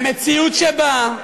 במציאות שבה,